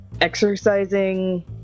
exercising